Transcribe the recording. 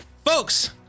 Folks